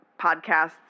podcasts